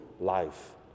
life